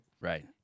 Right